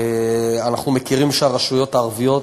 אנחנו יודעים שהרשויות הערביות,